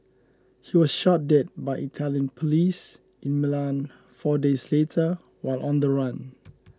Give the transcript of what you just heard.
he was shot dead by Italian police in Milan four days later while on the run